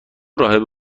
راهبی